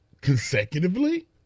consecutively